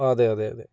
അതെ അതെ അതെ